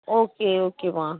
okay okay அம்மா